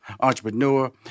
entrepreneur